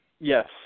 yes